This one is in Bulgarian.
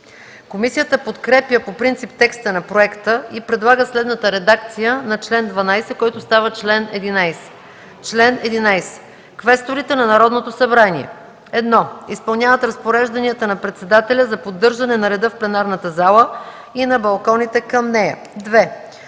Комисията подкрепя по принцип текста на проекта и предлага следната редакция на чл. 12, който става чл. 11: „Чл. 11. Квесторите на Народното събрание: 1. изпълняват разпорежданията на председателя за поддържане на реда в пленарната зала и на балконите към нея; 2.